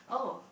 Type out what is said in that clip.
oh